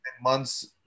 months